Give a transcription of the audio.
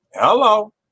Hello